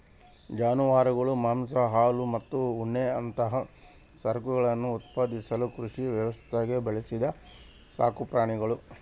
ಜಾನುವಾರುಗಳು ಮಾಂಸ ಹಾಲು ಮತ್ತು ಉಣ್ಣೆಯಂತಹ ಸರಕುಗಳನ್ನು ಉತ್ಪಾದಿಸಲು ಕೃಷಿ ವ್ಯವಸ್ಥ್ಯಾಗ ಬೆಳೆಸಿದ ಸಾಕುಪ್ರಾಣಿಗುಳು